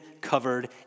covered